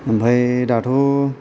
ओमफ्राय दाथ'